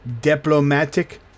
Diplomatic